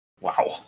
Wow